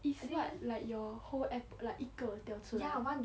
it's what like your whole airp~ like 一个掉出来